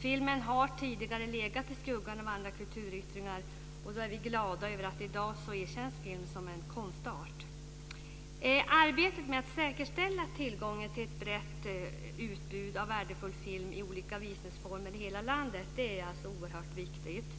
Filmen har tidigare legat i skuggan av andra kulturyttringar. Vi är glada över att film i dag erkänns som en konstart. Arbetet med att säkerställa tillgången till ett brett utbud av värdefull film i olika visningsformer i hela landet är oerhört viktigt.